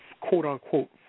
quote-unquote